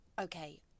okay